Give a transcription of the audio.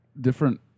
different